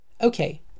Okay